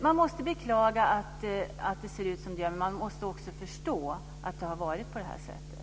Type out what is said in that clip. Man måste beklaga att det ser ut så som det gör, men man måste också förstå varför det har varit på det här sättet.